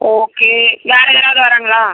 okay வேறு யாராவது வராங்களா